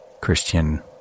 Christian